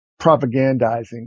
propagandizing